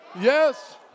Yes